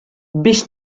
biex